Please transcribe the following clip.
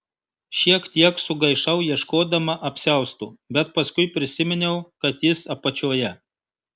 šiek tiek sugaišau ieškodama apsiausto bet paskui prisiminiau kad jis apačioje